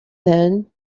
then